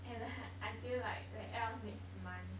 at the until like the end of next month